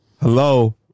Hello